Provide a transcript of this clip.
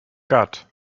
got